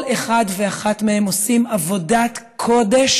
כל אחד ואחת מהם, עושים עבודת קודש